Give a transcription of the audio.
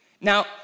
Now